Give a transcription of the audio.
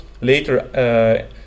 later